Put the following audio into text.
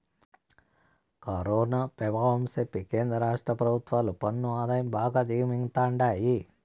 corona పెభావం సెప్పి కేంద్ర రాష్ట్ర పెభుత్వాలు పన్ను ఆదాయం బాగా దిగమింగతండాయి